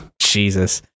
Jesus